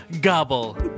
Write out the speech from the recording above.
Gobble